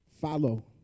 Follow